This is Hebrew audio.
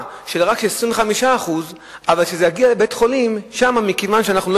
רק של 25% אבל כשזה יגיע לבית-חולים,